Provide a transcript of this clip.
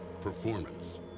Performance